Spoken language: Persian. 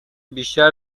بیشتر